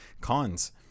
cons